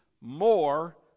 more